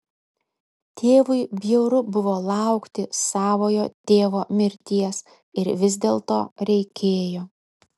tėvui bjauru buvo laukti savojo tėvo mirties ir vis dėlto reikėjo